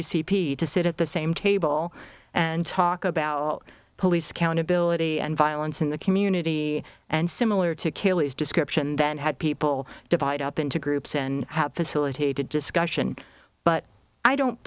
p to sit at the same table and talk about police accountability and violence in the community and similar to caylee's description then had people divide up into groups and have facilitated discussion but i don't